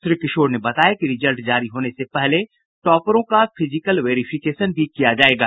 श्री किशोर ने बताया कि रिजल्ट जारी होने के पहले टॉपरों का फिजिकल वेरीफिकेशन भी किया जायेगा